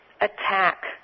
attack